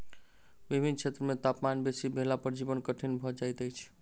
विभिन्न क्षेत्र मे तापमान बेसी भेला पर जीवन कठिन भ जाइत अछि